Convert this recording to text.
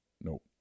Nope